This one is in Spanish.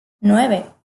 nueve